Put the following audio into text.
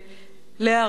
זכרה לברכה,